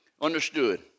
understood